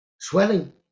swelling